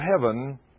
heaven